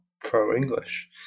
pro-English